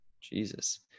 Jesus